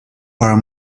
are